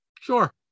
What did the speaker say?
Sure